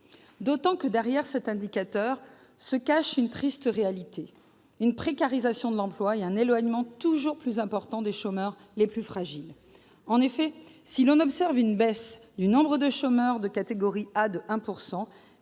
pays. De plus, cet indicateur masque une triste réalité : la précarisation de l'emploi et un éloignement toujours plus important des chômeurs les plus fragiles. En effet, si l'on observe une baisse de 1 % du nombre de chômeurs de catégorie A,